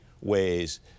ways